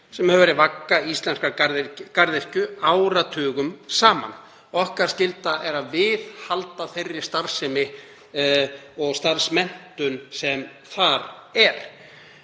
sem hefur verið vagga íslenskrar garðyrkju áratugum saman. Okkar skylda er að viðhalda þeirri starfsemi og starfsmenntun sem þar er.